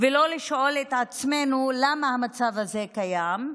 ולא לשאול את עצמנו למה המצב הזה קיים.